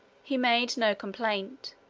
he made no complaint,